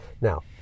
Now